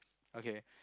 okay